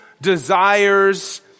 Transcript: desires